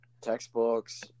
textbooks